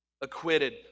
acquitted